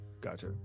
Gotcha